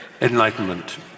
Enlightenment